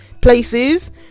places